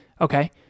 Okay